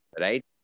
right